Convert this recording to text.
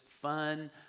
fun